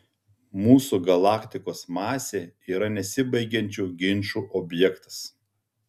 mūsų galaktikos masė yra nesibaigiančių ginčų objektas